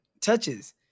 touches